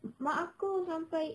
mak aku sampai